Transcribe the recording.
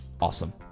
awesome